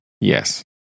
yes